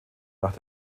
nach